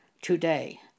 today